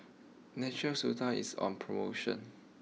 Natura Stoma is on promotion